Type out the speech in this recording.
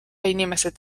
inimesed